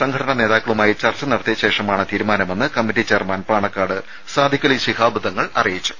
സംഘടനാ നേതാക്കളുമായി ചർച്ച നടത്തിയ ശേഷമാണ് തീരുമാനമെന്ന് കമ്മിറ്റി ചെയർമാൻ പാണക്കാട് സാദിഖലി ശിഹാബ് തങ്ങൾ അറിയിച്ചു